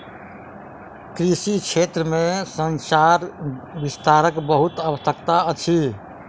कृषि क्षेत्र में संचार विस्तारक बहुत आवश्यकता अछि